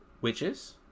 witches